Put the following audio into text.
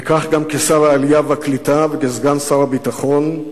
וכך גם כשר העלייה והקליטה וכסגן שר הביטחון,